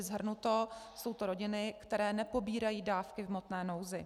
Shrnuto, jsou to rodiny, které nepobírají dávky v hmotné nouzi.